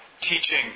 teaching